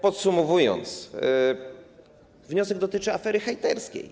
Podsumowując, wniosek dotyczy afery hejterskiej.